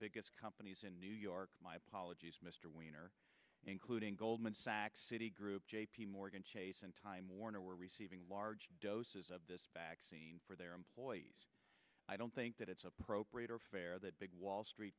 biggest companies in new york mr wiener including goldman sachs citi group j p morgan chase and time warner were receiving large doses of this vaccine for their employees i don't think that it's appropriate or fair that big wall street